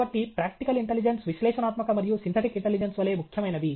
కాబట్టి practical intelligence విశ్లేషణాత్మక మరియు సింథటిక్ ఇంటెలిజెన్స్ వలె ముఖ్యమైనది